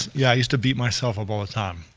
yeah, i used to beat myself up all the time.